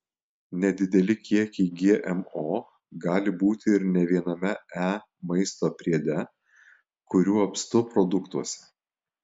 nedideli kiekiai gmo gali būti ir ne viename e maisto priede kurių apstu produktuose